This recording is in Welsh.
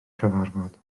cyfarfod